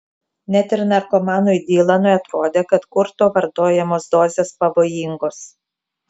net ir narkomanui dylanui atrodė kad kurto vartojamos dozės pavojingos